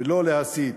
ולא להסית.